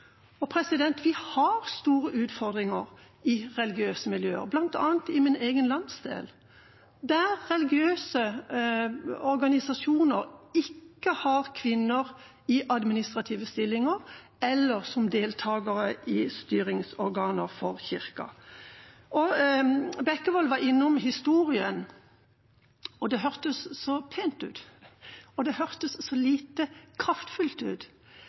Vi har store utfordringer i religiøse miljøer, bl.a. i min egen landsdel, der religiøse organisasjoner ikke har kvinner i administrative stillinger eller som deltakere i styringsorganer for kirken. Representanten Bekkevold var innom historien, og det hørtes så pent ut, det hørtes så lite kraftfullt ut,